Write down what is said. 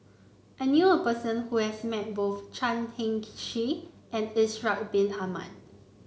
I knew a person who has met both Chan Heng Chee and Ishak Bin Ahmad